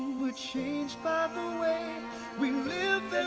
we're changed by the way we live